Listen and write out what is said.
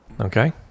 okay